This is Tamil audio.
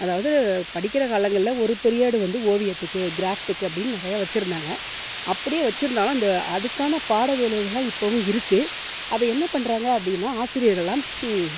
அதாவது படிக்கிற காலங்களில் ஒரு பீரியடு வந்து ஓவியத்துக்கு க்ராஃப்ட்டுக்கு அப்படின்னு நிறையா வைச்சிருந்தாங்க அப்படியே வைச்சிருந்தாலும் அந்த அதுக்கான பாட வேலைகளெலாம் இப்போதும் இருக்குது அதை என்ன பண்ணுறாங்க அப்படின்னா ஆசிரியர்கள்லாம்